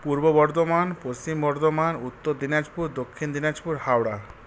Purba Bardhaman Paschim Bardhaman Uttar Dinajpur Dakshin Dinajpur Howrah